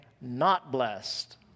not-blessed